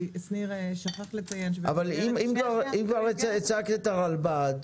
שניר שכח לציין ש --- אבל אם כבר הצגת את הרלב"ד,